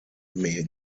may